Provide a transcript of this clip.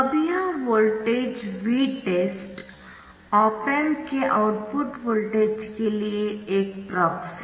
अब यह voltage Vtest op amp के आउटपुट वोल्टेज के लिए एक प्रॉक्सिक है